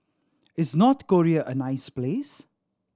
is North Korea a nice place